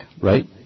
Right